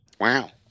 wow